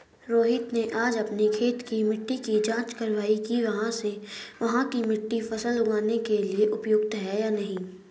रोहित ने आज अपनी खेत की मिट्टी की जाँच कारवाई कि वहाँ की मिट्टी फसल उगाने के लिए उपयुक्त है या नहीं